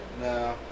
No